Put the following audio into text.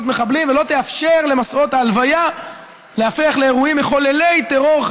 מחבלים ולא תאפשר למסעות ההלוויה להיהפך לאירועים מחוללי טרור,